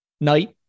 night